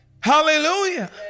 Hallelujah